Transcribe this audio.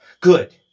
Good